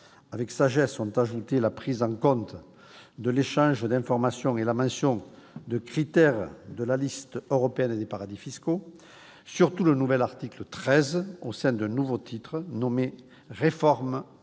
avec sagesse la prise en compte de l'échange d'informations et la mention de critère de la liste européenne des paradis fiscaux. Surtout, le nouvel article 13, au sein d'un nouveau titre nommé « réforme de la